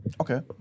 Okay